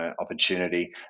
opportunity